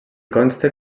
consta